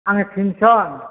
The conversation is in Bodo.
आङो तिमसन